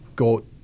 go